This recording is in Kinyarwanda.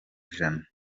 ijana